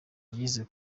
ageze